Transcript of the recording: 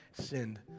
sinned